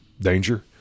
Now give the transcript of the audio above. danger